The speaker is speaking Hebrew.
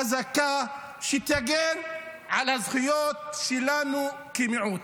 חזקה, שתגן על הזכויות שלנו כמיעוט,